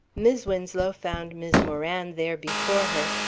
mis' winslow found mis' moran there before her,